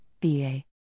BA